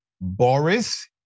Boris